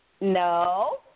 No